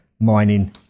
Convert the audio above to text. mining